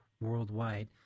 worldwide